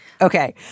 Okay